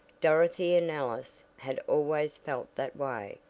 dorothy and alice had always felt that way,